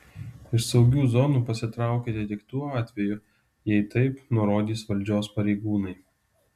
iš saugių zonų pasitraukite tik tuo atveju jei taip nurodys valdžios pareigūnai